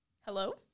Hello